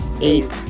eight